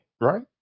Right